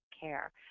care